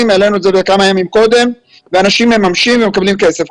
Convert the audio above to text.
והעלינו את זה כמה ימים קודם ואנשים מממשים ומקבלים כסף.